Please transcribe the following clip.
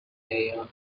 mayor